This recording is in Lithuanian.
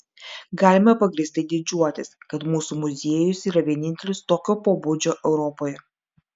galime pagrįstai didžiuotis kad mūsų muziejus yra vienintelis tokio pobūdžio europoje